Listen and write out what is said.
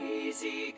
easy